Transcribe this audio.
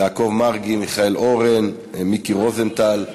יעקב מרגי, מיכאל אורן, מיקי רוזנטל,